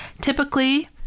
typically